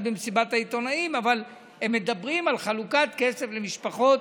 במסיבת העיתונאים אבל הם מדברים על חלוקת כסף למשפחות,